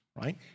right